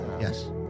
Yes